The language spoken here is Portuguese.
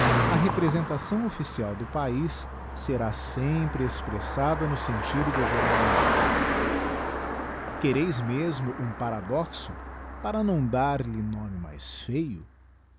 a representação oflacial do paiz será sempre expressada no sentido governamental quereis mesmo um paradoxo para não dar-lhe nome mais feio